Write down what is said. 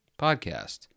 podcast